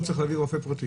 הוא צריך להביא רופא פרטי.